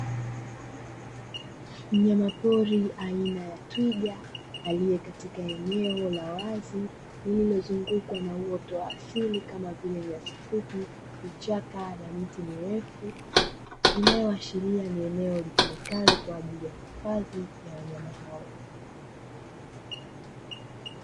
Mnyamapori aina ya twiga aliye katika eneo la wazi lililozungukwa na uoto wa asili kama vile nyasi fupi, vichaka na miti mirefu, inayoashiria ni eneo litumikalo kwa ajili ya uhifadhi wa wanyama hao.